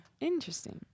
Interesting